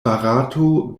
barato